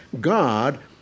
God